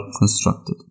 constructed